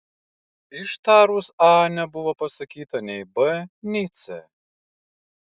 ištarus a nebuvo pasakyta nei b nei c